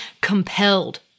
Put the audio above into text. compelled